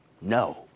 No